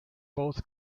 both